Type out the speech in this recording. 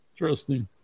Interesting